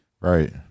Right